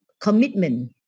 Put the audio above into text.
commitment